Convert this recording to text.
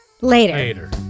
later